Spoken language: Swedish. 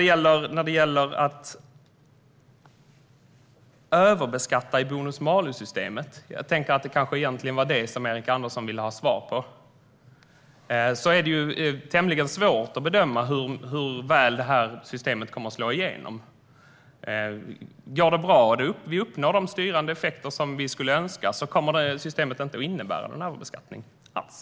Egentligen var det kanske överbeskattning i bonus-malus-systemet som Erik Andersson ville ha svar om. Det är tämligen svårt att bedöma hur väl systemet kommer att slå igenom. Om det går bra och vi uppnår de styrande effekter som vi önskar kommer systemet inte att innebära någon överbeskattning alls.